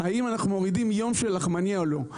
האם אנחנו מורידים יום של לחמניה או לא?